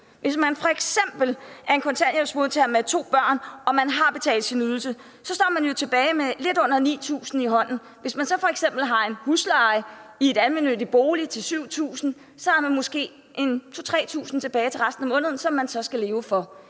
Hvis man f.eks. er kontanthjælpsmodtager med to børn og har betalt sin ydelse, står man tilbage med lidt under 9.000 kr. i hånden. Hvis man så f.eks. har en husleje i en almennyttig bolig til 7.000 kr., har man måske 2.000-3.000 kr. tilbage til resten af måneden, som man så skal leve for.